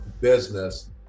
business